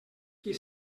qui